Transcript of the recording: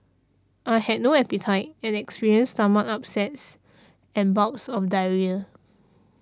I had no appetite and experienced stomach upsets and bouts of diarrhoea